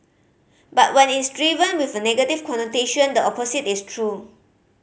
but when it's driven with a negative connotation the opposite is true